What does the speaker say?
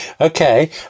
Okay